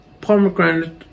pomegranate